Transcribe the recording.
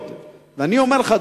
אני אומר לך,